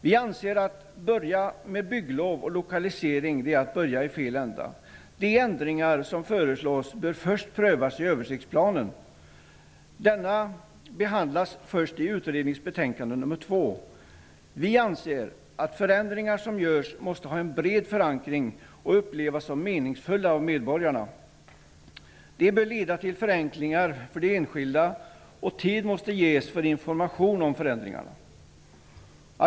Vi anser att man genom att börja med bygglov och lokalisering börjar i fel ända. De ändringar som föreslås bör först prövas i översiktsplanen. Denna behandlas först i utredningens betänkande nummer två. Vi anser att förändringar som görs måste ha en bred förankring och upplevas som meningsfulla av medborgarna. De bör leda till förenklingar för de enskilda, och tid måste ges för information om förändringarna.